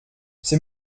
c’est